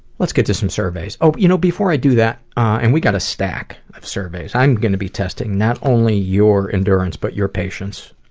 let's get to some surveys. oh, you know, before i do that, and we got a stack of surveys. i'm gonna be testing not only your endurance, but your patience.